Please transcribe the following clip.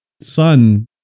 son